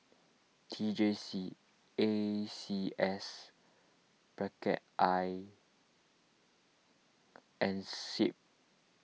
T J C A C S bracket I and Seab